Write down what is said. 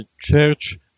church